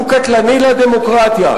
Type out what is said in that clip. הוא קטלני לדמוקרטיה.